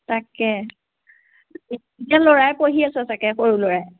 তাকে এতিয়া ল'ৰাই পঢ়ি আছে চাগে সৰু ল'ৰাই